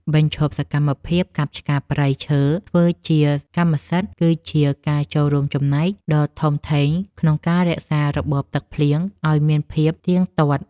បញ្ឈប់សកម្មភាពកាប់ឆ្ការព្រៃឈើធ្វើជាកម្មសិទ្ធិគឺជាការចូលរួមចំណែកដ៏ធំធេងក្នុងការរក្សារបបទឹកភ្លៀងឱ្យមានភាពទៀងទាត់។